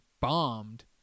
bombed